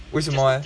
为什么 eh